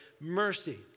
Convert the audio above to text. mercy